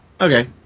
okay